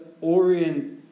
orient